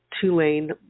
two-lane